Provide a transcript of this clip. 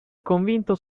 convinto